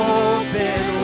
open